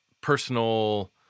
personal